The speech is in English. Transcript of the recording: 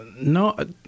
No